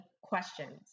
questions